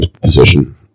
position